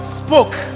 spoke